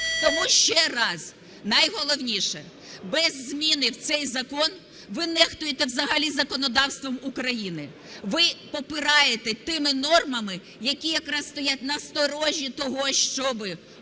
Тому ще раз, найголовніше: без зміни в цей закон ви нехтуєте взагалі законодавством України. Ви попираєте тими нормами, які якраз стоять на сторожі того, щоби